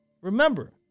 Remember